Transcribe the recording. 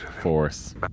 force